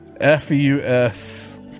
F-U-S